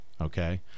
okay